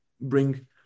bring